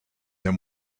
him